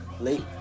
late